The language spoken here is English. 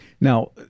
Now